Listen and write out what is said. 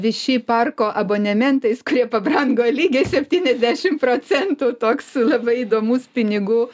vishy parko abonementais kurie pabrango lygiai septyniasdešim procentų toks labai įdomus pinigų